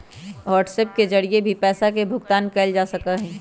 WhatsApp के जरिए भी पैसा के भुगतान कइल जा सका हई